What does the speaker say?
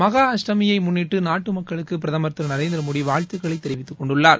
மகா அஷ்டமியை முன்னிட்டு நாட்டு மக்களுக்கு பிரதம் திரு நரேந்திர மோடி வாழ்த்துக்களை தெரிவித்துக் கொண்டுள்ளார்